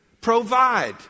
Provide